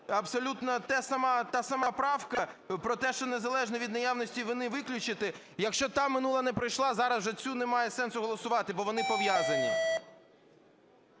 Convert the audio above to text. абсолютно та сама правка - про те, що "незалежно від наявності вини" виключити. Якщо та минула не пройшла, зараз вже цю немає сенсу голосувати, бо вони пов'язані.